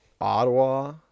Ottawa